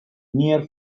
near